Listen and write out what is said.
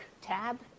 tab